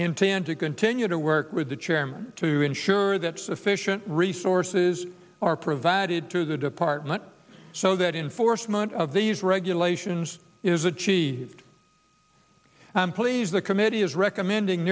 intend to continue to work with the chairman to ensure that sufficient resources are provided through the department so that in force moment of these regulations is achieved i'm pleased the committee is recommending